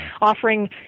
offering